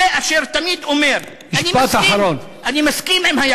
זה אשר תמיד אומר: אני מסכים, משפט אחרון.